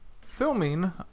filming